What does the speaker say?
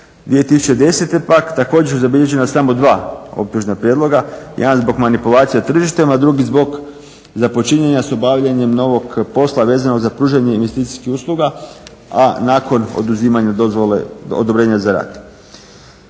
2010. pak također su zabilježena samo dva optužna prijedloga jedan zbog manipulacije tržištem, a drugi zbog započinjanja s obavljanjem novog posla vezanog za pružanje investicijskih usluga a nakon oduzimanja dozvole odobrenja za rad.